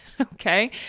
Okay